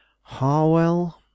Harwell